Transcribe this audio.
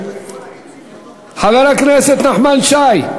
חבר הכנסת נחמן שי,